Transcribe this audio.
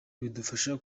bidufasha